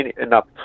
enough